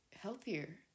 healthier